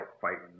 fighting